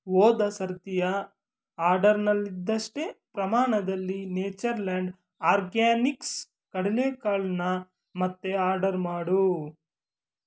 ಹೋದ ಸರತಿಯ ಆರ್ಡರ್ನಲ್ಲಿದ್ದಷ್ಟೇ ಪ್ರಮಾಣದಲ್ಲಿ ನೇಚರ್ ಲ್ಯಾಂಡ್ ಆರ್ಗ್ಯಾನಿಕ್ಸ್ ಕಡಲೆಕಾಳನ್ನ ಮತ್ತೆ ಆರ್ಡರ್ ಮಾಡು